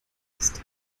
ist